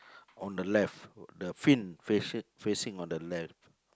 on the left the fin faci~ facing on the left